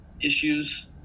issues